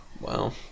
Wow